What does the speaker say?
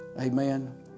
Amen